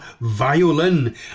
violin